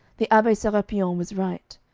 the abbe serapion was right.